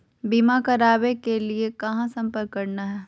बीमा करावे के लिए कहा संपर्क करना है?